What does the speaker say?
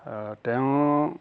তেওঁ